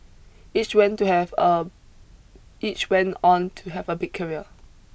each went to have a each went on to have a big career